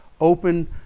open